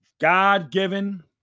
God-given